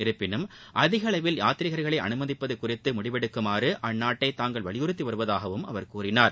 இருப்பினும் அதிகஅளவில் யாத்திரீகர்களை அனுமதிப்பது குறித்து முடிவெடுக்குமாறு அந்நாட்டை தாங்கள் வலியுறுத்தி வருவதாகவும் அவர் கூறினார்